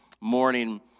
morning